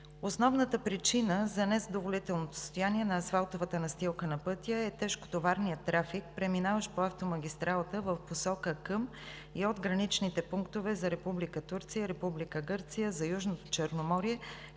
Основната причина за незадоволителното състояние на асфалтовата настилка на пътя са тежкотоварният трафик, преминаващ по автомагистралата в посока към и от граничните пунктове за Република Турция, Република Гърция, Южното Черноморие,